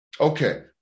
Okay